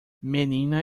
menina